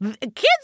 Kids